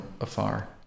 afar